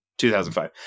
2005